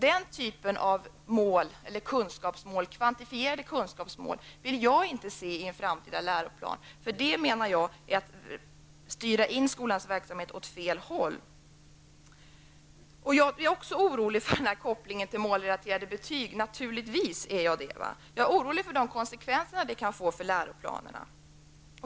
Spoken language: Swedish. Den typen av kvantifierade kunskapsmål vill jag inte se i en framtida läroplan. Det menar jag är att styra skolans verksamhet åt fel håll. Jag är också orolig för kopplingen till målrelaterade betyg, naturligtvis är jag det. Jag är orolig för de konsekvenser det kan få för läroplanen.